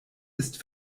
ist